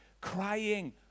crying